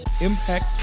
impact